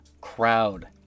crowd